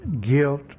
guilt